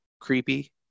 creepy